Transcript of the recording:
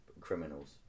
criminals